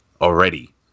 already